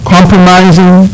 compromising